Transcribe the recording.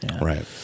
right